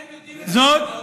זאת,